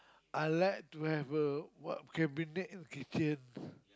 I like to have a what cabinet kitchen